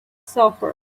suffer